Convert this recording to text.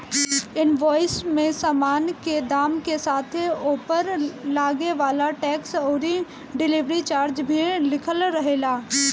invoice में सामान के दाम के साथे ओपर लागे वाला टेक्स अउरी डिलीवरी चार्ज भी लिखल रहेला